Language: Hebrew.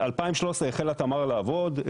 ב-2013 החלה תמר לעבוד.